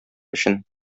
өчен